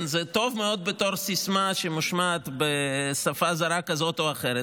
זה טוב מאוד בתור סיסמה שמושמעת בשפה זרה כזאת או אחרת,